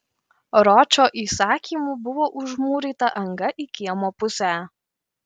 ročo įsakymu buvo užmūryta anga į kiemo pusę